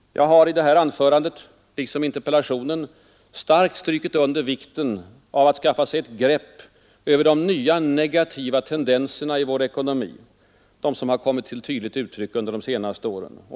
Jag har i detta anförande liksom i interpellationen starkt understrukit vikten av att skaffa sig ett grepp över de nya negativa tendenser i vår ekonomi som kommit till tydligt uttryck under de senaste åren.